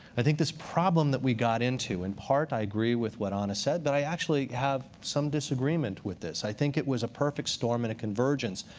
i think this problem that we got into in part, i agree with what anna said, but i actually have some disagreement with this. i think it was a perfect storm and a convergence,